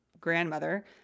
grandmother